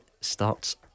starts